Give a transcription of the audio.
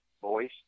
Voice